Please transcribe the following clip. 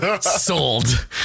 Sold